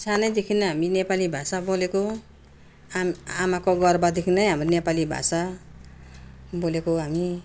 सानैदेखि नै हामी नेपाली भाषा बोलेको आम् आमाको गर्भदेखि नै हाम्रो नेपाली भाषा बोलेको हामी